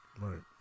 Right